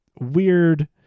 weird